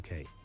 UK